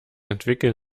entwickeln